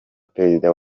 perezida